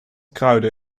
kruiden